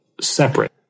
separate